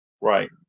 Right